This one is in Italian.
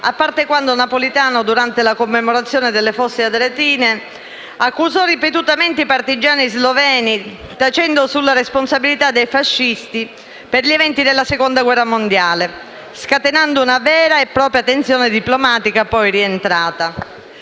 a parte quando Napolitano durante la commemorazione dell'eccidio delle Fosse Ardeatine accusò ripetutamente i partigiani sloveni, tacendo sulla responsabilità dei fascisti per gli eventi della Seconda guerra mondiale, scatenando una vera e propria tensione diplomatica poi rientrata.